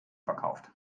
verkauft